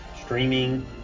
streaming